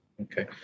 okay